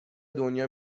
دنیا